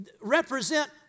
represent